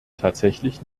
tatsächlich